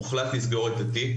הוחלט לסגור את התיק